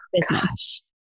business